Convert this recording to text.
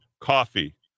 coffee